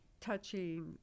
touching